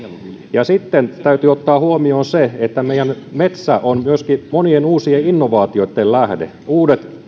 sitten täytyy ottaa huomioon se että meidän metsä on myöskin monien uusien innovaatioitten lähde